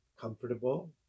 comfortable